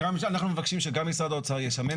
אנחנו מבקשים שגם משרד האוצר יהיה שם.